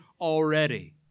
already